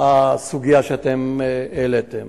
הסוגיה שאתם העליתם.